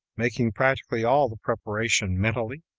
making practically all the preparation mentally,